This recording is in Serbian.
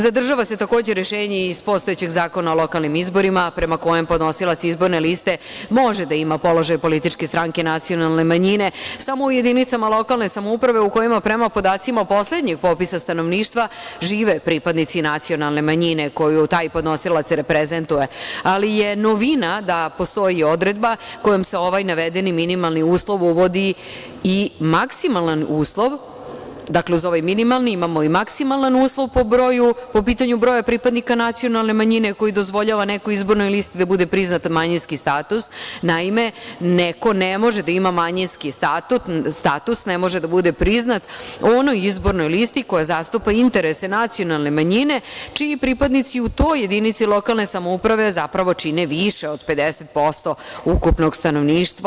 Zadržava se takođe rešenje iz postojećeg Zakona o lokalnim izborima prema kojem podnosilac izborne liste može da ima položaj političke stranke nacionalne manjine samo u jedinicama lokalne samouprave u kojima prema podacima iz poslednjeg popisa stanovništva žive pripadnici nacionalne manjine koju taj podnosilac reprezentuje, ali je novina da postoji i odredba kojom se ovaj navedeni minimalni uslov uvodi i maksimalan uslov, dakle, uz ovaj minimalni imamo i maksimalni uslov po pitanju broja pripadnika nacionalne manjine koji dozvoljava nekoj izbornoj listi da bude priznat manjinski status, naime neko ne može da ima manjinski status, ne može da bude priznat u onoj izbornoj listi koja zastupa interese nacionalne manjine čiji pripadnici u toj jedinici lokalne samouprave zapravo čine više od 50% ukupnog stanovništva.